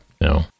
no